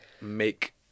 make